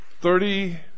Thirty